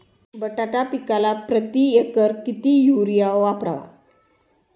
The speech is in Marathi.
बटाटा पिकाला प्रती एकर किती युरिया वापरावा?